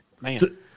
Man